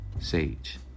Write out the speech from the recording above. Sage